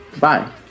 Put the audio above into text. Bye